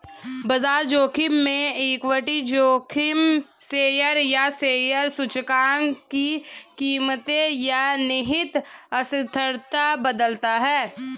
बाजार जोखिम में इक्विटी जोखिम शेयर या शेयर सूचकांक की कीमतें या निहित अस्थिरता बदलता है